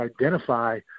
identify